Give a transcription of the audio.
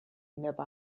never